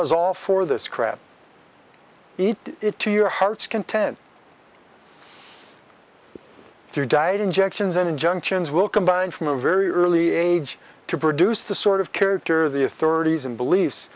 is all for this crap eat it to your heart's content through diet injections and injunctions will combine from a very early age to produce the sort of character the authorities and beliefs